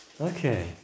Okay